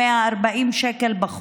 140 שקל.